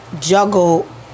juggle